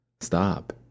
Stop